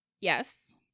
yes